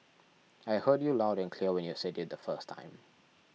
I heard you loud and clear when you said it the first time